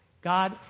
God